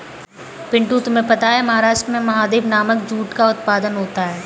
पिंटू तुम्हें पता है महाराष्ट्र में महादेव नामक जूट का उत्पादन होता है